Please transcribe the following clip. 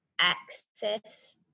access